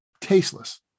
tasteless